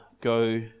go